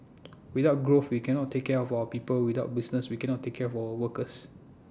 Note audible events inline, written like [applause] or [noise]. [noise] without growth we cannot take care of our people without business we cannot take care of our workers